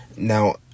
Now